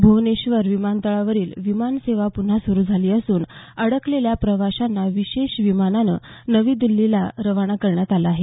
भ्वनेश्वर विमानतळावरील विमान सेवा पुन्हा सुरू झाली असून अडकलेल्या प्रवाशांना विशेष विमानानं नवी दिल्लीला रवाना करण्यात आलं आहे